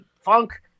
Funk